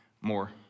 more